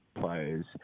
players